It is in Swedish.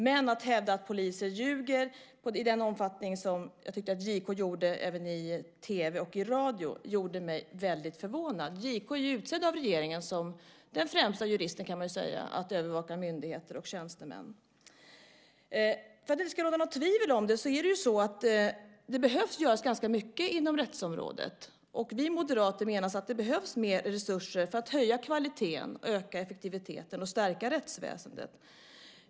Men att hävda att poliser ljuger i den omfattning som jag tycker att JK gjorde i tv och radio förvånade mig. JK är utsedd av regeringen som den främsta juristen att övervaka myndigheter och tjänstemän. För att det inte ska råda något tvivel behöver det göras mycket inom rättsområdet. Vi moderater menar att det behövs mer resurser för att höja kvaliteten, öka effektiviteten och stärka rättsväsendet.